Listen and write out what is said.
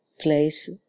place